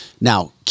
Now